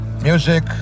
Music